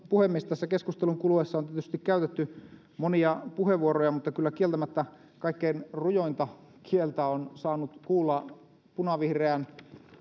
puhemies tässä keskustelun kuluessa on tietysti käytetty monia puheenvuoroja mutta kyllä kieltämättä kaikkein rujointa kieltä on saanut kuulla punavihreän